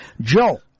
Joe